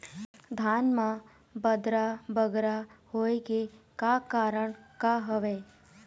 धान म बदरा बगरा होय के का कारण का हवए?